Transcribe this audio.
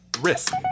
Risk